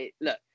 look